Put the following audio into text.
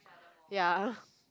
ya